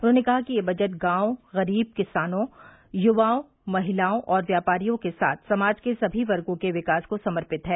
उन्होंने कहा कि यह बजट गांवों गरीब किसानों युवाओं महिलाओं और व्यापारियों के साथ समाज के सभी वर्गो के विकास को समर्पित है